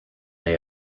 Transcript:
they